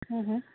ہوں ہوں